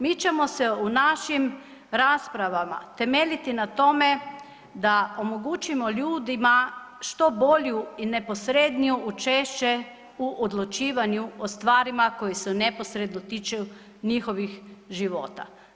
Mi ćemo se u našim raspravama temeljiti na tome da omogućimo ljudima što bolju i neposrednije učešće u odlučivanju o stvarima koji se neposredno tiču njihovih života.